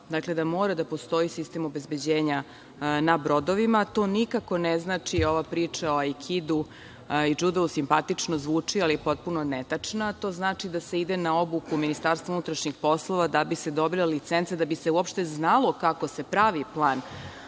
da mora da postoji sistem obezbeđenja na brodovima. To nikako ne znači ova priča o aikidu ili džudu, simpatično zvuči ali je potpuno netačna. To znači da se ide na obuku u MUP da bi se dobile licence i da bi se uopšte znalo kako se pravi plan